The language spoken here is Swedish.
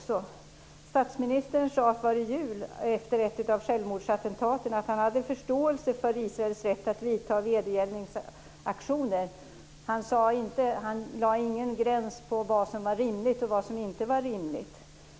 Statsministern sade före jul efter ett av självmordsattentaten att han hade förståelse för Israels rätt att vidta vedergällningsaktioner. Han satte ingen gräns för vad som var rimligt och vad som inte var rimligt.